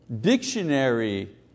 dictionary